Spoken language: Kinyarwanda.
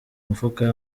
mufuka